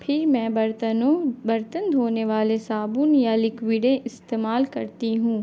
پھر میں برتنوں برتن دھونے والے صابن یا لکوڈیں استعمال کرتی ہوں